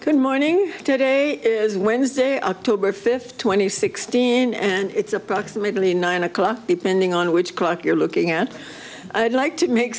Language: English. good morning today is wednesday october fifth twenty sixteen and it's approximately nine o'clock be pending on which clock you're looking at i'd like to make